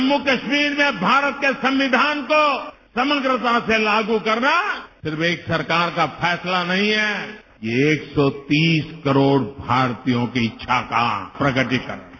जम्मू कश्मीर में भारत के संविधान को समग्रता से लागू करना सिर्फ एक सरकार का फैसला नही है एक सौ तीस करोड़ भारतीयों की इच्छा का प्रगटीकरण है